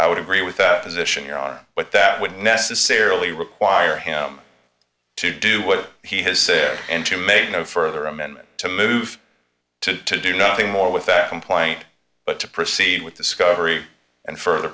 i would agree with that position your honor but that wouldn't necessarily require him to do what he has said and to made no further amendment to move to to do nothing more with that complaint but to proceed with discovery and further